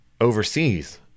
overseas